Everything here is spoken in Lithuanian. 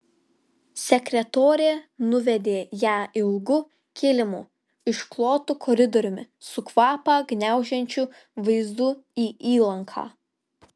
sekretorė nuvedė ją ilgu kilimu išklotu koridoriumi su kvapą gniaužiančiu vaizdu į įlanką